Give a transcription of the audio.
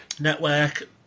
Network